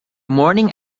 morning